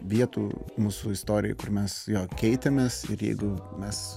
vietų mūsų istorijoj kur mes jo keitėmės ir jeigu mes